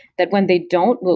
that when they don't,